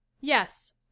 yes